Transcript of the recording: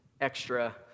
extra